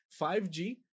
5G